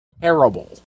terrible